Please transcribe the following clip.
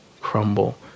crumble